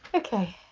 ok